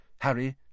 Harry